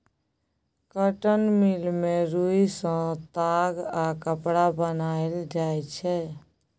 cotton mill मे रुइया सँ ताग आ कपड़ा बनाएल जाइ छै